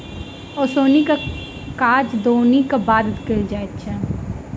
ओसौनीक काज दौनीक बाद कयल जाइत अछि